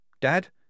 Dad